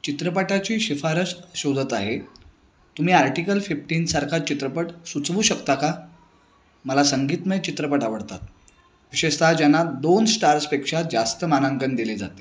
चित्रपटाची शिफारस शोधत आहे तुम्ही आर्टिकल फिफ्टीनसारखा चित्रपट सुचवू शकता का मला संगीतमय चित्रपट आवडतात विशेषतः ज्यांना दोन स्टार्सपेक्षा जास्त मानांकन दिले जाते